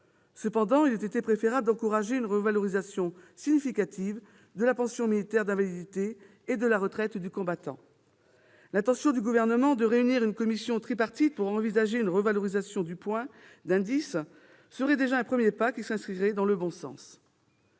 Il eût été préférable d'encourager une revalorisation significative de la pension militaire d'invalidité et de la retraite du combattant. L'intention du Gouvernement de réunir une commission tripartite pour envisager une revalorisation du point d'indice serait déjà un premier pas, qui s'inscrirait dans le bon sens.